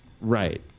Right